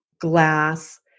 glass